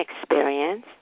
experience